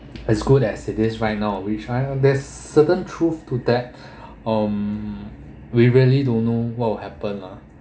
as good as it is right now we try there's certain truth to that um we really don't know what will happen lah